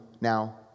now